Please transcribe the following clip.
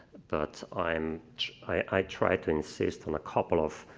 but i'm i try to insist on a couple of